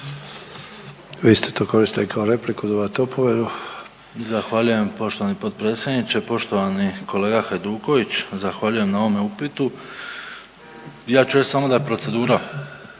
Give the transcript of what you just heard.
Vi ste to koristili kao repliku, dobivate opomenu. **Bačić, Ante (HDZ)** Zahvaljujem poštovani potpredsjedniče. Poštovani kolega Hajdkuković zahvaljujem na ovome upitu. Ja ću reći samo da je procedura